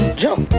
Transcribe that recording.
jump